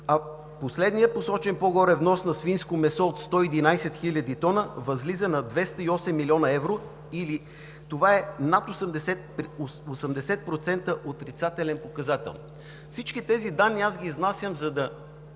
а последният посочен по-горе внос на свинско месо от 111 хил. тона възлиза на 208 млн. евро, или това е над 80% отрицателен показател. Всички тези данни аз ги изнасям, за да